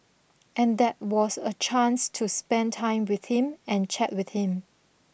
and that was a chance to spend time with him and chat with him